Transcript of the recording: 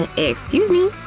ah excuse me?